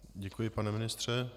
Děkuji, pane ministře.